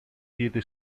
diede